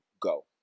go